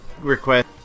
request